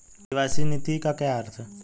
KYC नीति का क्या अर्थ है?